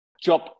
job